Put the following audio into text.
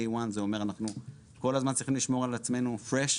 המונח Day one אומר שאנחנו כל הזמן צריכים לשמור על עצמנו רעננים